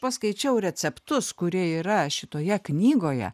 paskaičiau receptus kurie yra šitoje knygoje